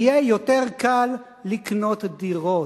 יהיה יותר קל לקנות דירות.